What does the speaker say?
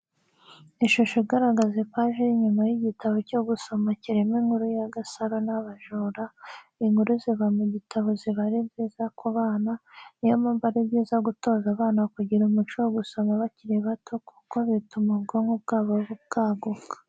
Ishusho igaragaza ipaji y'inyuma y'igitabo cyo gusama kirimo inkuru ya Gasaro n'abajura, inkuru ziba mu bitabo ziba ari nziza ku bana, ni yo mpamvu ari byiza gutoza abana kugira umuco wo gusoma bakiri bato kuko bituma ubwonko bwabo bwaguka.